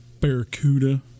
barracuda